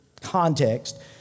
context